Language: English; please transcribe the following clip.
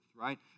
right